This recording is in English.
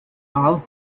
all